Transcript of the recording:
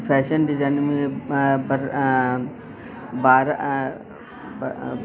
fashion designing में पर ॿार